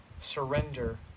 surrender